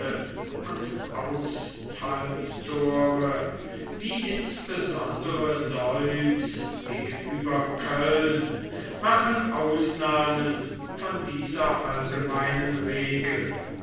und ausfallstore wie insbesondere deutz gegenüber köln machen ausnahmen von dieser allgemeinen regel